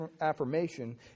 affirmation